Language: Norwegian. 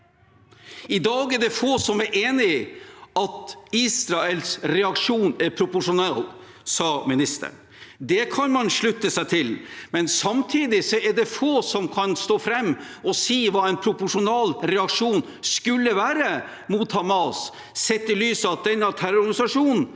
I dag er det få som er enig i at Israels reaksjon er proporsjonal, sa ministeren. Det kan man slutte seg til, men samtidig er det få som kan stå fram og si hva en proporsjonal reaksjon mot Hamas skulle være, sett i lys av at denne terrororganisasjonen